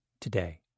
today